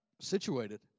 situated